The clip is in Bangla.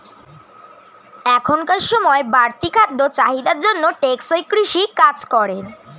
এখনকার সময়ের বাড়তি খাদ্য চাহিদার জন্য টেকসই কৃষি কাজ করে